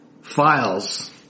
files